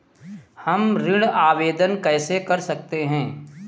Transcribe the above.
हम ऋण आवेदन कैसे कर सकते हैं?